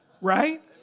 right